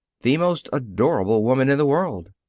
the most adorable woman in the world,